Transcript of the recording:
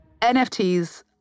NFTs